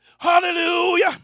Hallelujah